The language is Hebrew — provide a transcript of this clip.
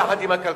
יחד עם הכלכלה?